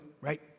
right